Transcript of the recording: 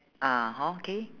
ah hor K